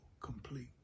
complete